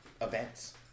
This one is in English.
events